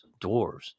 dwarves